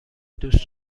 دوست